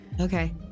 Okay